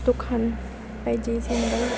दखान बायदि जेनेबा